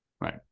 Right